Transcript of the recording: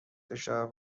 فشار